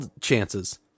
chances